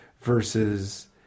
versus